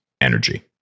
energy